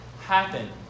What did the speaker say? happen